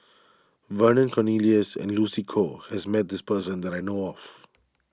Vernon Cornelius and Lucy Koh has met this person that I know of